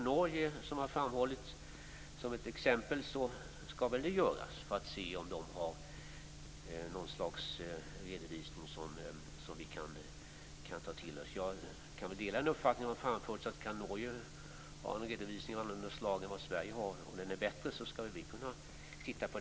Norge har här framhållits som exempel, och vi kan naturligtvis studera förhållandena där för att se om deras typ av redovisning är bättre än den vi har och om det är något som vi kan ta till oss.